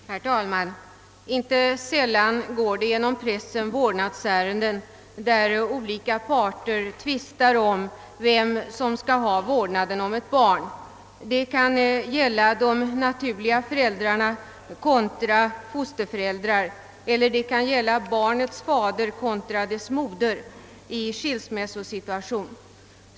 Herr talman! Inte sällan refereras i Pressen ärenden där olika parter tvistar om vem som skall ha vårdnaden om ett barn. Det kan vara de naturliga föräldrarna kontra fosterföräldrar eller barnets fader kontra dess moder i en skilsmässosituation.